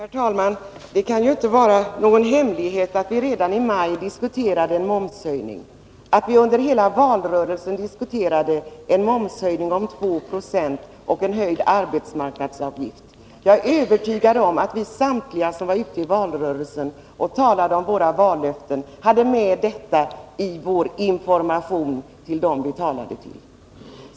Herr talman! Det kan inte vara någon hemlighet att vi redan i maj diskuterade en momshöjning och att vi under hela valrörelsen diskuterade en höjning av momsen med 2 46 och en höjning av arbetsgivaravgiften. Jag är övertygad om att samtliga vi socialdemokrater som deltog i valrörelsen hade med detta i vår information till dem som vi talade till.